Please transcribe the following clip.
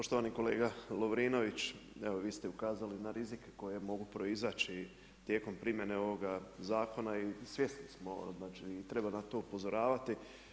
Poštovani kolega Lovrinović, evo vi ste ukazali na rizike koji mogu proizaći tijekom primjene ovog zakona i svjesni smo i treba na to upozoravati.